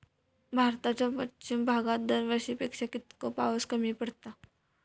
भारताच्या पश्चिम भागात दरवर्षी पेक्षा कीतको पाऊस कमी पडता?